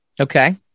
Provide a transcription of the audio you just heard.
Okay